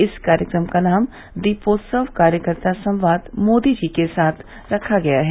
इस कार्यक्रम का नाम दीपोत्सव कार्यकर्ता संवाद मोदी जी के साथ रखा गया है